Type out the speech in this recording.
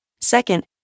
Second